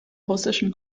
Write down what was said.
russischen